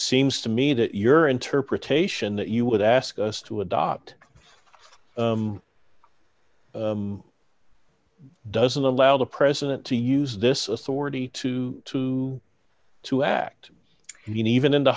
seems to me that your interpretation that you would ask us to adopt doesn't allow the president to use this authority to to to act and even in the